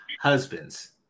Husbands